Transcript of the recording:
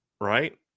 Right